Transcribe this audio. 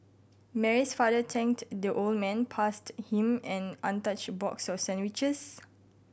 Mary's father thanked the old man passed him an untouched box of sandwiches